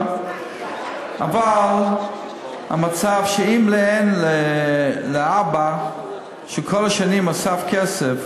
אבל המצב שבו אם אין לאבא שכל השנים אסף כסף,